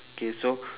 okay so